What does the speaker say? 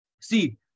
see